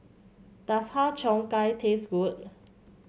does Har Cheong Gai taste good